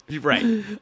right